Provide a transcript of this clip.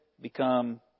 become